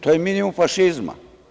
To je minimum fašizma.